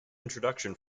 introduction